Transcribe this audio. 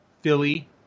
Philly